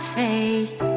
face